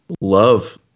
love